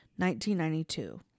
1992